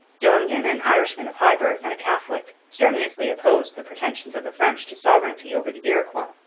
dongan, an irishman of high birth and a catholic, strenuously opposed the pretensions of the french to sovereignty over the iroquois.